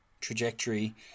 trajectory